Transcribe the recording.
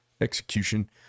execution